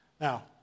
Now